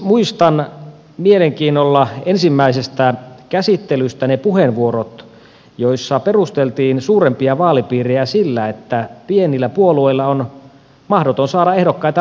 muistan mielenkiinnolla ensimmäisestä käsittelystä ne puheenvuorot joissa perusteltiin suurempia vaalipiirejä sillä että pienille puolueille on mahdotonta saada ehdokkaita läpi